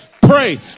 pray